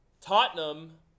Tottenham